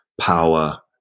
power